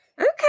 Okay